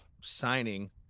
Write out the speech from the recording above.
signing